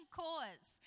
cause